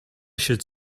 should